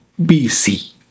bc